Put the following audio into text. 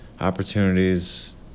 opportunities